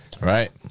Right